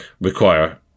require